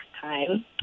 time